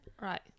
Right